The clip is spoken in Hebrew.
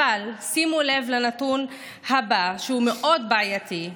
אבל שימו לב לנתון הבא, שהוא מאוד בעייתי: